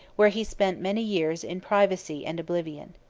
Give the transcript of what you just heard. where he spent many years in privacy and oblivion.